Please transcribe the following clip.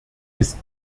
ist